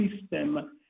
system